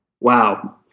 Wow